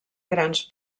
grans